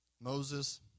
Moses